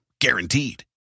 Guaranteed